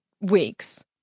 weeks